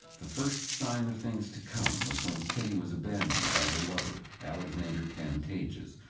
the first sign of things to come was when kitty was abandoned by her lover, alexander pantages,